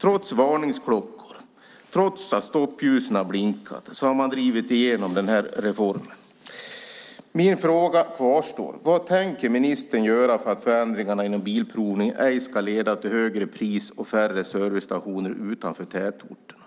Trots varningsklockor och blinkande stoppljus har man drivit igenom detta. Min fråga kvarstår. Vad tänker ministern göra för att förändringarna inom bilprovningen inte ska leda till högre pris och färre servicestationer utanför tätorterna?